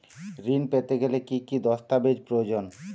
ঋণ পেতে গেলে কি কি দস্তাবেজ প্রয়োজন?